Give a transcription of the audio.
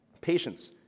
patience